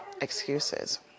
excuses